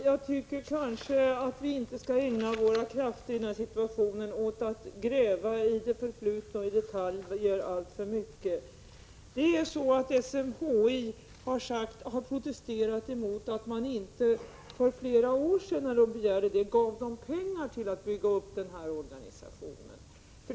Herr talman! Jag tycker att vi inte skall ägna våra krafter åt att gräva i det förflutna och i detaljer alltför mycket. SMHI har protesterat mot att man inte för flera år sedan — när man begärde det — fick pengar för att bygga upp den här organisationen.